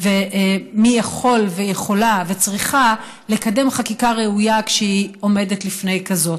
ומי יכול ויכולה וצריכה לקדם חקיקה ראויה כשהיא עומדת לפני כזאת.